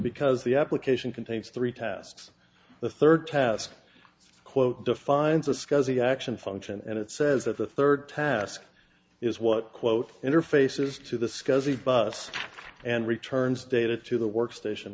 because the application contains three tasks the third task quote defines a scuzzy action function and it says that the third task is what quote interfaces to the scuzzy bus and returns data to the workstation